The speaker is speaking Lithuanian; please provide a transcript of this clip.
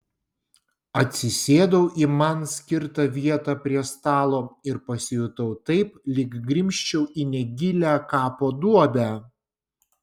atsisėdau į man skirtą vietą prie stalo ir pasijutau taip lyg grimzčiau į negilią kapo duobę